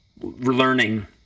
learning